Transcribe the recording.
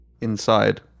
inside